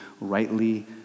rightly